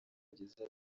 bigeze